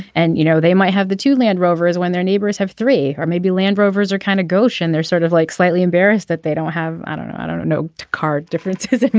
and you know they might have the two land rovers when their neighbors have three or maybe land rovers are kind of gauche and they're sort of like slightly embarrassed that they don't have i don't know i don't know know card differences